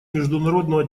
международного